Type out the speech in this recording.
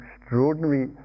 extraordinary